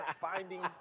finding